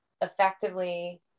effectively